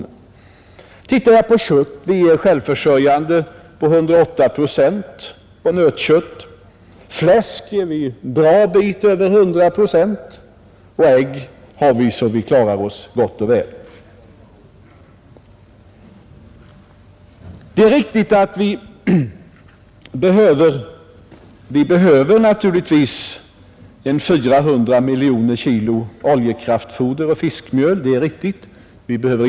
Ser jag på produktionen av kött, finner jag att vi är självförsörjande när det gäller nötkött till 108 procent och fläsk en bra bit över 100 procent. Ägg har vi så att vi klarar oss gott och väl. Det är riktigt att vi behöver importera 400 miljoner kilo oljekraftfoder och fiskmjöl.